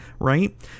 right